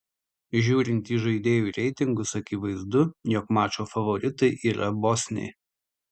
žiūrint į žaidėjų reitingus akivaizdu jog mačo favoritai yra bosniai